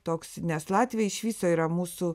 toks nes latviai iš viso yra mūsų